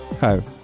Hi